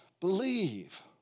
Believe